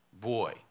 Boy